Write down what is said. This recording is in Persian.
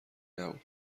نبود